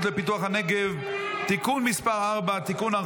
לפיתוח הנגב (תיקון מס' 4) (תיקון,